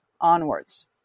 onwards